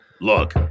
Look